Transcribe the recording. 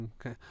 Okay